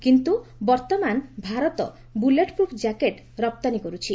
କିନ୍ତୁ ବର୍ତ୍ତମାନ Bharat bulletproof jacket ରପ୍ତାନୀ କରୁଛି